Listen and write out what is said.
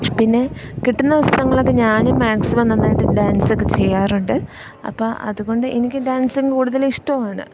പിന്നെ കിട്ടുന്ന അവസരങ്ങളൊക്ക ഞാനും മാക്സിമം നന്നായിട്ട് ഡാൻസ് ഒക്കെ ചെയ്യാറുണ്ട് അപ്പം അതുകൊണ്ട് എനിക്ക് ഡാൻസിങ് കൂടുതൽ ഇഷ്ടവുമാണ്